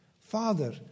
Father